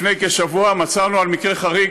לפני כשבוע מצאנו מקרה חריג,